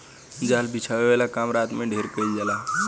जाल बिछावे वाला काम रात में ढेर कईल जाला